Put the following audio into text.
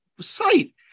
site